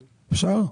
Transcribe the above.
אפשר?